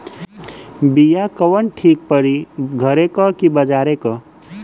बिया कवन ठीक परी घरे क की बजारे क?